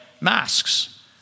masks